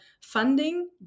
funding